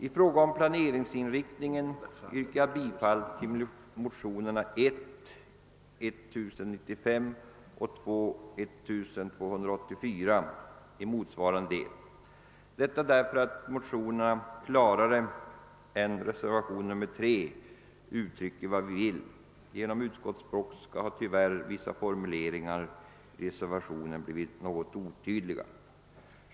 I fråga om planeringsinriktningen yrkar jag bifall till motionerna 1: 1093 och II: 1284 i motsvarande del, eftersom motionerna klarare än reservation 3 uttrycker vad vi vill — genom brådska i utskottet har tyvärr vissa formuleringar i reservationen blivit något otydliga.